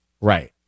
Right